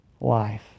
life